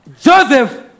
Joseph